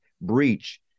breach